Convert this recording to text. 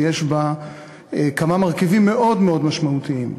ויש בה כמה מרכיבים מאוד משמעותיים.